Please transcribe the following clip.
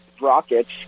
Rockets